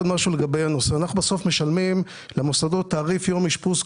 אנחנו בסוף משלמים למוסדות תעריף יום אשפוז כולל.